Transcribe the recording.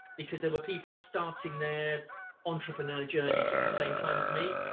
because there were people just starting their entrepreneur journeys at the same time as me.